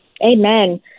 amen